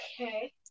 Okay